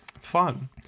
Fun